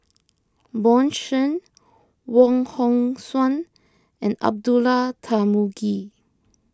Bjorn Shen Wong Hong Suen and Abdullah Tarmugi